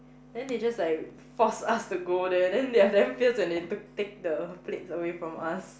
then they just like force us to go there then they're damn fierce when they took take the plates away from us